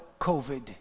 COVID